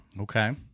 Okay